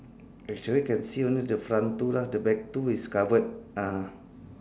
actually can only see the front two lah the back two is covered ah